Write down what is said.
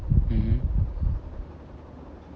mmhmm